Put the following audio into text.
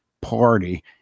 Party